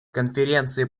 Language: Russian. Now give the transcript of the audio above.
конференции